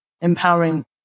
empowering